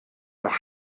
nach